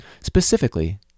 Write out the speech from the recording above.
Specifically